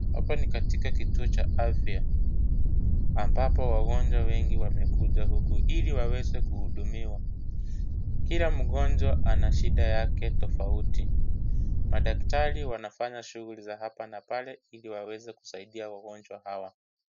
Hapa ni katika kituo cha afya, ambapo wagonjwa wengi wamekuja ili waweze kuhudumiwa, kila mgonjwa ana shida yake tofauti, madaktari wanafanya shuguli za hapa na pale ili waweze kusaidia wagonjwa hawa.